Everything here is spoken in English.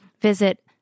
visit